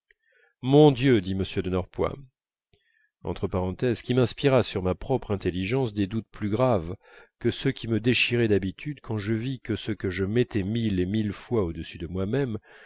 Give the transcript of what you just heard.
mon dieu dit m de norpois qui m'inspira sur ma propre intelligence des doutes plus graves que ceux qui me déchiraient d'habitude quand je vis que ce que je mettais mille et mille fois au-dessus de moi-même